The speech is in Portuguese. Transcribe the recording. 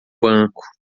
banco